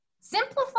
Simplify